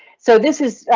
so this is.